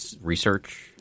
research